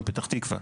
היום בפתח תקווה,